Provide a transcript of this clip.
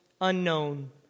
unknown